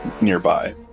nearby